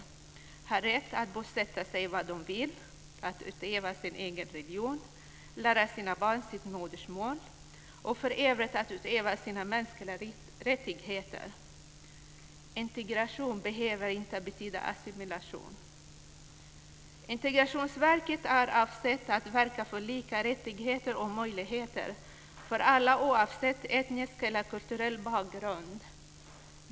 De ska ha rätt att bosätta sig var de vill, att utöva sin egen religion, lära sina barn sitt modersmål, och för övrigt utöva sina mänskliga rättigheter. Integration behöver inte betyda assimilation. Integrationsverket är avsett att verka för lika rättigheter och möjligheter för alla oavsett etnisk eller kulturell bakgrund.